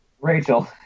Rachel